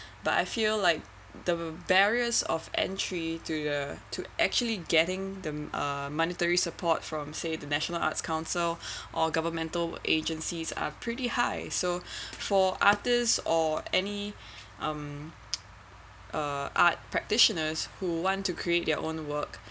but I feel like the barriers of entry to uh to actually getting them a monetary support from say the national arts council or governmental agencies are pretty high so for artist or any um uh art practitioners who want to create their own work